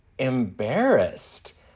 embarrassed